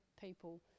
people